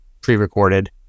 pre-recorded